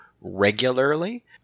regularly